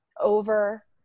over